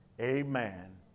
Amen